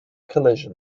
collision